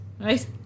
right